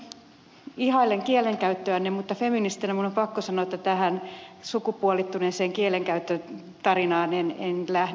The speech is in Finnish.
minä ihailen kielenkäyttöänne mutta feministinä minun on pakko sanoa että tähän sukupuolittuneeseen kielenkäyttöön tarinaan en lähde